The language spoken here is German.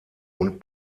und